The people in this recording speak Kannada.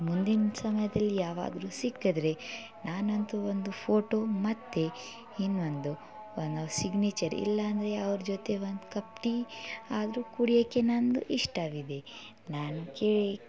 ಮುಂದಿನ ಸಮಯದಲ್ಲಿ ಯಾವ್ಗಾದ್ರೂ ಸಿಕ್ಕಿದ್ರೆ ನಾನಂತೂ ಒಂದು ಫೋಟೋ ಮತ್ತು ಇನ್ನೊಂದು ಅವನ ಸಿಗ್ನೇಚರ್ ಇಲ್ಲಾಂದರೆ ಅವ್ರ ಜೊತೆ ಒಂದು ಕಪ್ ಟೀ ಆದರೂ ಕುಡಿಯೋಕ್ಕೆ ನನ್ನದು ಇಷ್ಟವಿದೆ ನಾನು ಕೇ